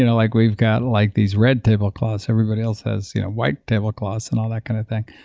you know like we've got like these red tablecloths. everybody else has you know white tablecloths and all that kind of thing.